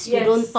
yes